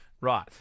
Right